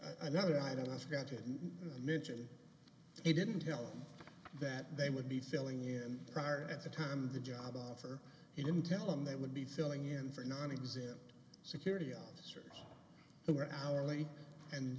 and another i've got to mention he didn't tell them that they would be filling in prior at the time the job offer he didn't tell them they would be filling in for nonexistent security officers who were hourly and